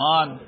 on